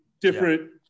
different